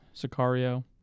Sicario